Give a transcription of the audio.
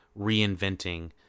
reinventing